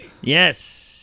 Yes